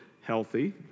healthy